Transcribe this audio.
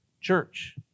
church